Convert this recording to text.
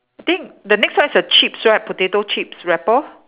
I think the next one is the chips right potato chips wrapper